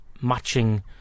matching